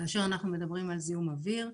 כאשר אנחנו מדברים על זיהום אוויר,